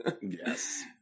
Yes